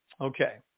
Okay